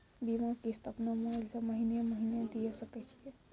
बीमा किस्त अपनो मोबाइल से महीने महीने दिए सकय छियै?